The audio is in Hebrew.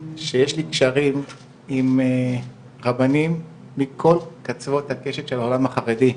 שיש לי קשרים עם רבנים מכל קצוות הקשת של העולם החרדי,